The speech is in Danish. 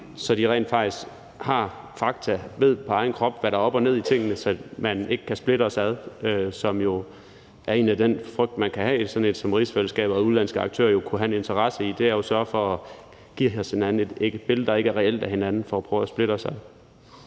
at de rent faktisk har faktaene, at de på egen krop ved, hvad der er op og ned i tingene, så man ikke kan splitte os ad. For det er jo den frygt, man kan have sådan et sted som rigsfællesskabet, hvor udenlandske aktører kunne have en interesse i at sørge for at give os et billede af hinanden, der ikke er reelt, for at prøve at splitte os ad.